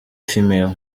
female